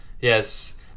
Yes